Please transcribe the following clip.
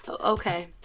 Okay